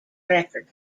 record